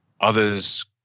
Others